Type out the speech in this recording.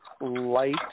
light